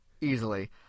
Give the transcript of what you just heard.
Easily